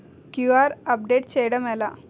QR update చేయడం ఎలా?